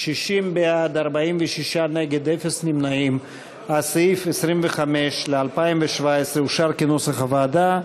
כי הסתייגות מס' 2 לא נתקבלה.